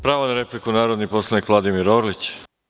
Pravo na repliku, narodni poslanik Vladimir Orlić.